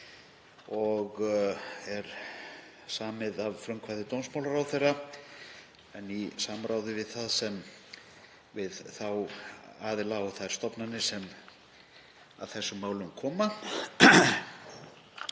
og er samið að frumkvæði dómsmálaráðherra en í samráði við þá aðila og þær stofnanir sem að þessum málum koma.